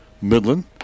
Midland